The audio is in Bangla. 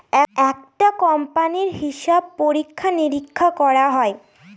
একটা কোম্পানির হিসাব পরীক্ষা নিরীক্ষা করা হয়